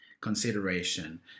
consideration